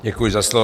Děkuji za slovo.